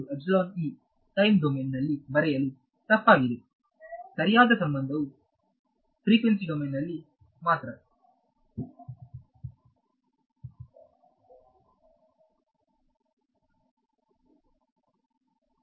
ಈ ಸಂಬಂಧವು time domain ನಲ್ಲಿಬರೆಯಲು ತಪ್ಪಾಗಿದೆ ಸರಿಯಾದ ಸಂಬಂಧವು ಸೀಕ್ವೆನ್ಸ್ ಡೊಮೇನ್ನಲ್ಲಿ ಮಾತ್ರ ಸರಿ